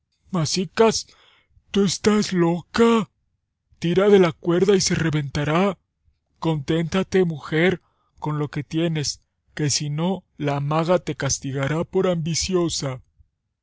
masicas tú estás loca tira de la cuerda y se reventará conténtate mujer con lo que tienes que si no la maga te castigará por ambiciosa